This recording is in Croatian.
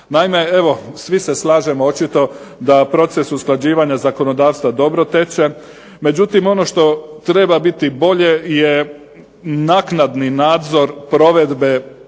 Naime, evo svi se slažemo očito, da proces usklađivanja zakonodavstva dobro teče. Međutim, ono što treba biti bolje je naknadni nadzor provedbe